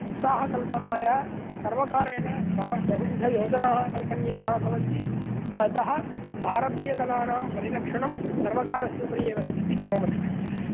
उत्साहकल्पनाय सर्वकारेण बह बहुविधयोजनाः कल्पनीयाः भवन्ति अतः भारतीयकलानां परिरक्षणं सर्वकारस्य उपरि एव अस्ति इति मम मतिः